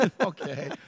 Okay